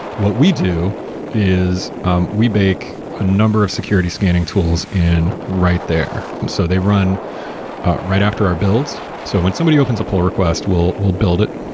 what we do is um we bake a number of security scanning tools in right there. so they run right after our builds. so when somebody opens a pull request, we'll we'll build it,